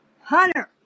Hunter